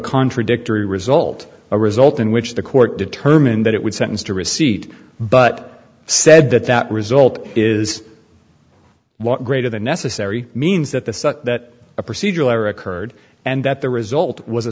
contradictory result a result in which the court determined that it would sentence to receipt but said that that result is greater than necessary means that the such that a procedural error occurred and that the result was a